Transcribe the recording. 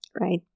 Right